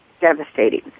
devastating